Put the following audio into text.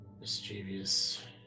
mischievous